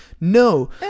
No